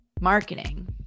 Marketing